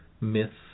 myths